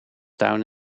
town